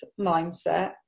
mindset